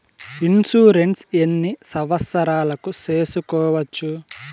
Insurance ఎన్ని సంవత్సరాలకు సేసుకోవచ్చు?